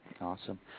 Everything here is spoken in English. Awesome